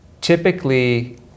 typically